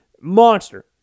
Monster